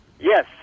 Yes